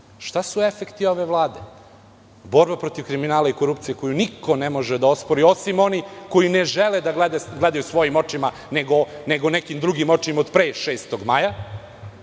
300.Šta su efekti ove vlade? Borba protiv kriminala i korupcije koju niko ne može da ospori, osim onih koji ne žele da gledaju svojim očima, nego nekim drugim očima, od pre 6. maja.